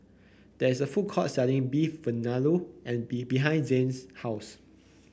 there is a food court selling Beef Vindaloo and be behind Zain's house